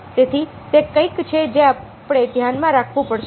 તેથી તે કંઈક છે જે આપણે ધ્યાનમાં રાખવું પડશે